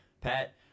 Pat